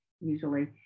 usually